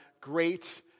great